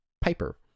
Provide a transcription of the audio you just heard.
Piper